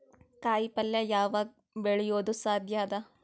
ಕಾಯಿಪಲ್ಯ ಯಾವಗ್ ಬೆಳಿಯೋದು ಸಾಧ್ಯ ಅದ?